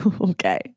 okay